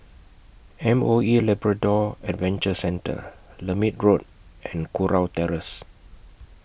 M O E Labrador Adventure Centre Lermit Road and Kurau Terrace